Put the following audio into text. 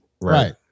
Right